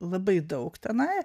labai daug tenai